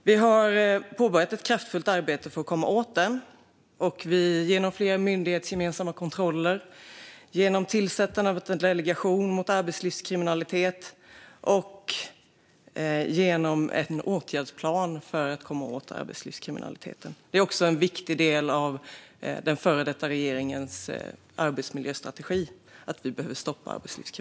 Vi har påbörjat ett kraftfullt arbete för att komma åt detta genom fler myndighetsgemensamma kontroller, tillsättande av en delegation mot arbetslivskriminalitet och en åtgärdsplan för att komma åt arbetslivskriminaliteten. Att stoppa arbetslivskriminaliteten är en viktig del av den före detta regeringens arbetsmiljöstrategi.